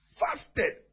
fasted